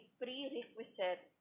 prerequisite